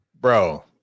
Bro